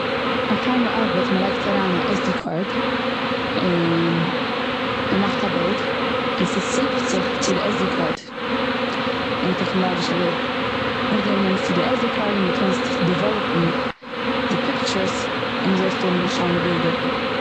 א קעמרע ארבעט מ'לייגט אריין א עס די קארד. און מ'מאכט א בילד, און ס'סעיווט זיך צו די עס די קארד און א טעכנאלאגישע וועג. נאכדעם נעמסטו די עס די קארד און דו קענסט עס דעוועלאפן די פיקטשערס און אזוי וועסטו האבן שיינע בילדער.